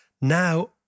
now